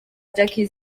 jackie